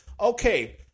Okay